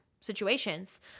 situations